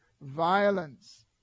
violence